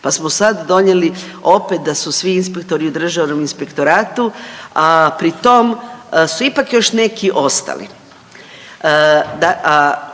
pa smo sad donijeli opet da su svi Državnom inspektoratu a pritom su ipak još neki ostali.